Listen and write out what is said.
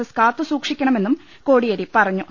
S കാത്തു സൂ ക്ഷിക്കണമെന്നും കോടിയേരി പറഞ്ഞു